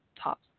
top